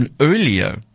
earlier